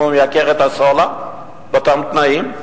אם הוא מייקר את הסולר באותם תנאים,